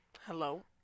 Hello